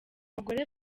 bagore